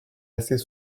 assez